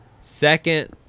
second